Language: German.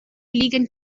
liegen